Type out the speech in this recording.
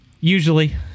Usually